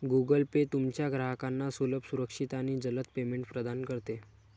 Google Pay तुमच्या ग्राहकांना सुलभ, सुरक्षित आणि जलद पेमेंट प्रदान करते